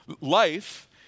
life